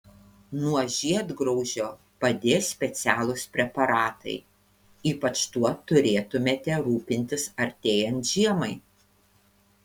nuo žiedgraužio padės specialūs preparatai ypač tuo turėtumėte rūpintis artėjant žiemai